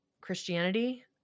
Christianity